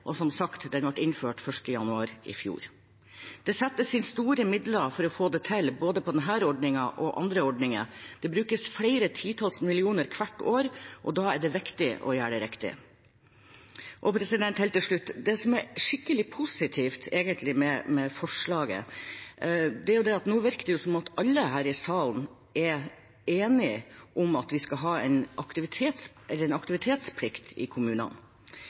Og som sagt, ordningen ble innført 1. januar i fjor. Det settes inn store midler for å få det til, både i denne ordningen og i andre ordninger. Det brukes flere titalls millioner hvert år, og da er det viktig å gjøre det riktig. Helt til slutt: Det som er skikkelig positivt med forslaget, er at nå virker det som om alle her i salen er enige om at vi skal ha en aktivitetsplikt i kommunene.